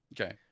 Okay